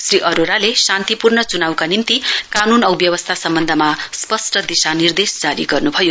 श्रीआरोराले शान्तिपूर्ण चुनाउका निम्ति कानुन औ व्यवस्था सम्बन्धमा स्पष्ट दिशा निर्देश जारी गर्नुभयो